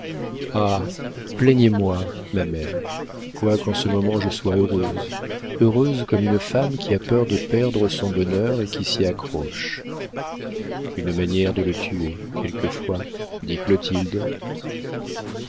plaignez-moi ma mère quoiqu'en ce moment je sois heureuse heureuse comme une femme qui a peur de perdre son bonheur et qui s'y accroche une manière de le tuer quelquefois dit clotilde